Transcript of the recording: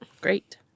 Great